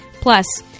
Plus